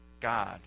God